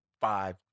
five